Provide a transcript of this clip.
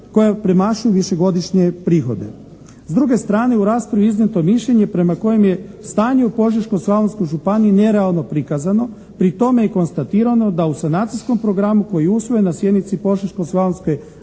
koja premašuju višegodišnje prihode. S druge strane u raspravi je iznijeto mišljenje prema kojem je stanje u Požeško-slavonskoj županiji nerealno prikazano, pri tome i konstatirano da u sanacijskom programu koji je usvojen na sjednici Požeško-slavonske